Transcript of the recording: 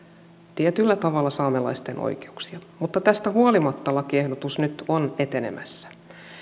tietyllä tavalla saamelaisten oikeuksia mutta tästä huolimatta lakiehdotus nyt on etenemässä